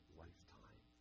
lifetime